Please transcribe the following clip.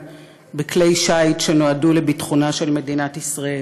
בכלי שיט שנועדו לביטחונה של מדינת ישראל,